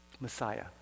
Messiah